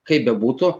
kaip bebūtų